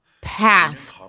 path